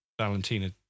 Valentina